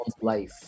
life